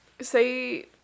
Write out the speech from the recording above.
say